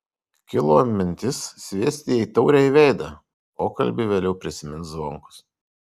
kilo mintis sviesti jai taurę į veidą pokalbį vėliau prisimins zvonkus